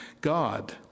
God